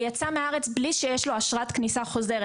והוא יצא מהארץ בלי שיש לו אשרת כניסה חוזרת.